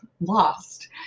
lost